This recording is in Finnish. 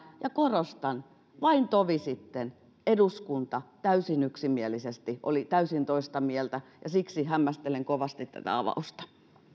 ja korostan vain tovi sitten eduskunta täysin yksimielisesti oli täysin toista mieltä ja siksi hämmästelen kovasti tätä avausta